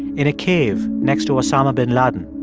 in a cave next to osama bin laden.